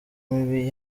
mibi